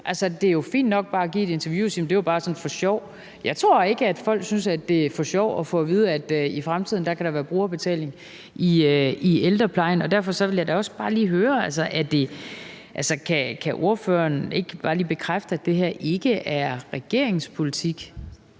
det er jo fint nok at give et interview og sige: Jamen det var bare sådan for sjov. Jeg tror ikke, at folk synes, det er sjovt at få at vide, at i fremtiden kan der være brugerbetaling i ældreplejen. Derfor vil jeg også lige høre: Kan ordføreren ikke bare lige bekræfte, at det her ikke er regeringens politik,